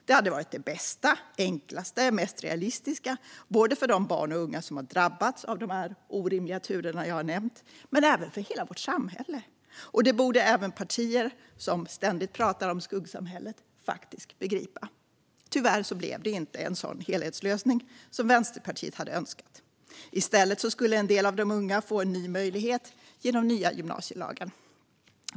Det hade varit det bästa, enklaste och mest realistiska både för de barn och unga som drabbats av de orimliga turer jag nu nämnt och för hela vårt samhälle. Detta borde även partier som ständigt pratar om skuggsamhället begripa. Tyvärr blev det inte en sådan helhetslösning som Vänsterpartiet hade önskat. I stället skulle en del av de unga få en ny möjlighet genom den nya gymnasielagen.